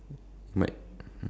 might